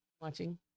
Watching